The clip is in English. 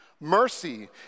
Mercy